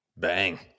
bang